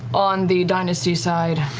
on the dynasty side,